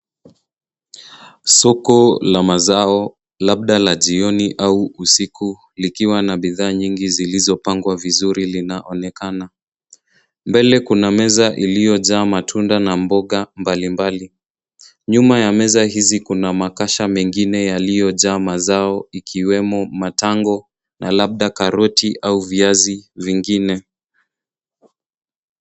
Soko la mazao labda la jioni au usiku likiwa na bidhaa nyingi zilizopangwa vizuri linaonekana. Mbele kuna meza iliyojaa matunda na mboga mbalimbali. Nyuma ya meza hizi kuna makasha mengine yaliyojaa mazao ikiwemo matango na labda karoti au viazi vingine.